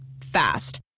Fast